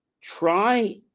try